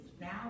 now